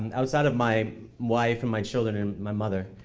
and outside of my wife and my children and my mother,